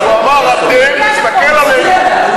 הוא אמר "אתם" והסתכל עלינו.